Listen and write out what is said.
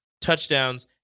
touchdowns